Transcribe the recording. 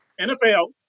NFL